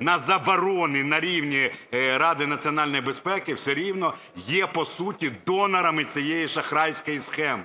на заборони на рівні Ради національної безпеки, все рівно є по суті донорами цієї шахрайської схеми.